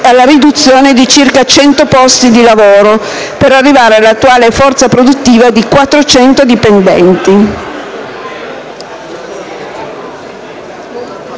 alla riduzione di circa 100 posti di lavoro per arrivare all'attuale forza produttiva di 400 dipendenti;